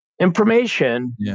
information